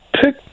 pick